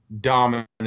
dominant